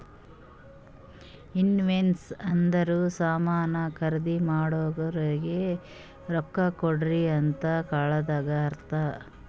invoice ಅಂದುರ್ ಸಾಮಾನ್ ಖರ್ದಿ ಮಾಡೋರಿಗ ರೊಕ್ಕಾ ಕೊಡ್ರಿ ಅಂತ್ ಕಳದಂಗ ಅರ್ಥ